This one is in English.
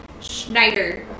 Schneider